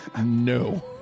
no